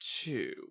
two